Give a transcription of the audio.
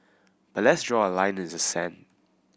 but let's draw a line in the sand